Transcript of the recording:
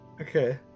Okay